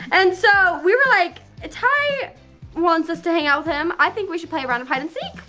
and so, we were like, ty wants us to hang out with him, i think we should play a round of hide and seek.